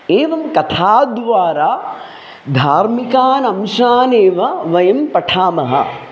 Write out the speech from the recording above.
एवं कथाद्वारा धार्मिकान् अंशान् एव वयं पठामः